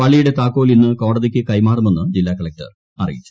പള്ളിയുടെ താക്കോൽ ഇന്ന് കോടതിയ്ക്ക് കൈമാറുമെന്ന് ജില്ലാ കളക്ടർ അറിയിച്ചു